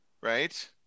Right